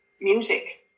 music